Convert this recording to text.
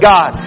God